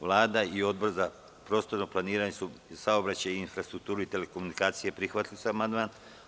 Vlada i Odbor za prostorno planiranje, saobraćaj, infrastrukturu i telekomunikacije prihvatili su amandman.